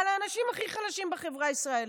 על האנשים הכי חלשים בחברה הישראלית,